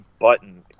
button